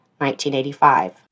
1985